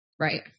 Right